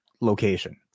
location